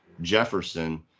Jefferson